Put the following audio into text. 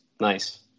Nice